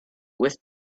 with